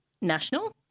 national